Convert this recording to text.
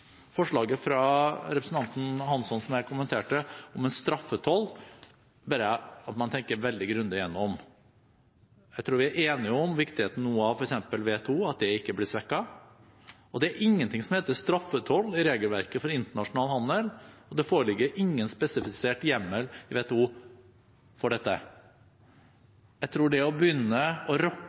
Forslaget fra representanten Hansson – som jeg kommenterte – om en straffetoll, ber jeg om at man tenker veldig grundig igjennom. Jeg tror vi er enige om viktigheten av at f.eks. WTO nå ikke blir svekket. Det er ingenting som heter straffetoll i regelverket for internasjonal handel, og det foreligger ingen spesifisert hjemmel i WTO for dette. Når det gjelder det å begynne å